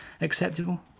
acceptable